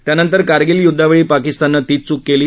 त्यानंतर कारगिल युद्धावेळी पाकिस्तानने तीच चूक केली